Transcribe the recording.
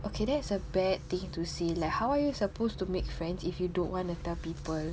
okay that's a bad thing to say lah how are you supposed to make friends if you don't want to tell people